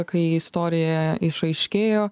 kai istorija išaiškėjo